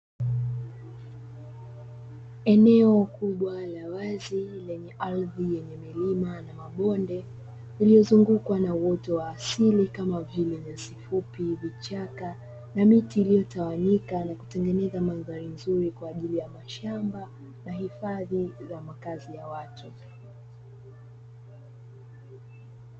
Eneo kubwa la wazi lenye ardhi yenye milima na mabonde lililozungukwa na uoto wa asili kama vile: nyasi fupi, vichaka na miti iliyotawanyika. Na kutengeneza madhari nzuri kwa ajili ya mashamba na hifadhi ya makazi ya watu.